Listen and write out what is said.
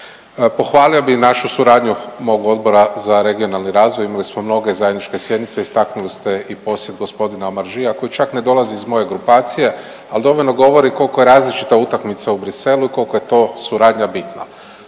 Pohvalio bi našu suradnju mog Odbora za regionalni razvoj, imali smo mnoge zajedničke sjednice, istaknuli ste i posjet g. Omarjeea koji čak ne dolazi iz moje grupacije, al dovoljno govori koliko je različita utakmica u Bruxellesu i koliko je to suradnja bitna.